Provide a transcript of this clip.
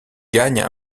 gagne